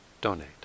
donate